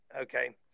okay